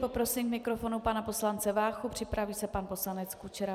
Poprosím k mikrofonu pana poslance Váchu, připraví se pan poslanec Kučera.